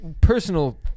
personal